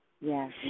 yes